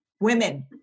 Women